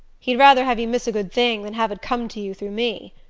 he'd rather have you miss a good thing than have it come to you through me.